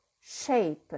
shape